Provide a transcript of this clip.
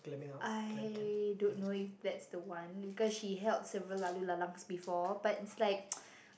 I don't know if that's the one because she held several laloo-lalangs before but it's like